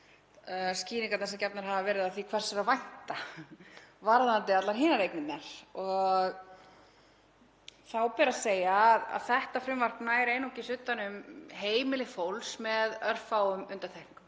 og skýringarnar sem gefnar hafa verið á því hvers sé að vænta varðandi allar hinar eignirnar. Þá ber að segja að þetta frumvarp nær einungis utan um heimili fólks með örfáum undantekningum,